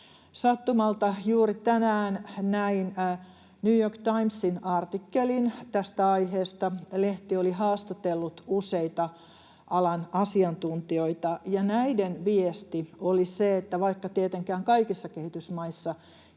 Sattumalta juuri tänään näin New York Timesin artikkelin tästä aiheesta. Lehti oli haastatellut useita alan asiantuntijoita, ja näiden viesti oli se, että vaikka tietenkään kaikissa kehitysmaissa